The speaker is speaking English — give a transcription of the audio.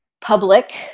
public